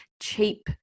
cheap